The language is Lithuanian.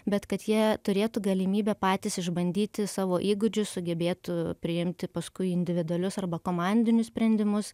bet kad jie turėtų galimybę patys išbandyti savo įgūdžius sugebėtų priimti paskui individualius arba komandinius sprendimus